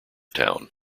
town